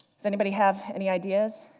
does anybody have any ideas?